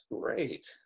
great